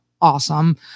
awesome